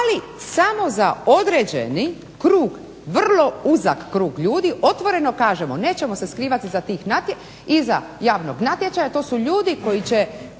ali samo za određeni krug vrlo uzak krug ljudi otvoreno kažemo nećemo se skrivati iza javnog natječaja, to su ljudi koji će